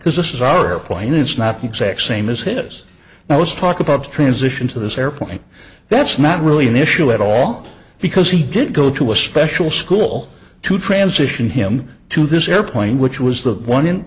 because this is our airplane it's not exact same as it is now let's talk about the transition to this airplane that's not really an issue at all because he did go to a special school to transition him to this airplane which was the one in